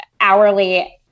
hourly